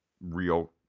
Real